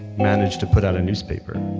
managed to put out a newspaper.